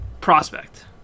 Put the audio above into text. prospect